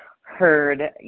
heard